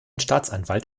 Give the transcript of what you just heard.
staatsanwalt